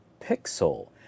Pixel